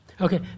Okay